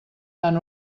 tan